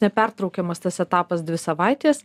nepertraukiamas tas etapas dvi savaitės